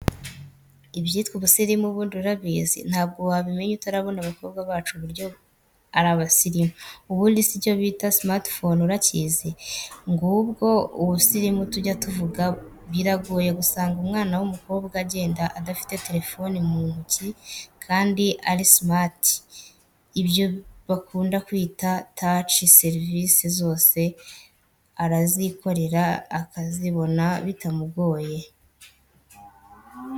Ibyitwa ubusirimu ubundi murabizi? ntabwo wabimenya utarabona abakobwa bacu uburyo arabasirimu. Ubundise icyobita sumati fone urakizi? ngubwo ubusirimu tujya tuvuga biragoye gusanga umwana w,umukobwa agenda adafite terifoni muntuki kandi ari sumati ibyo bakunda kwita taci serivise zose arazikorera akazibona bitamugoye.